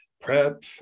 prep